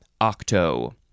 octo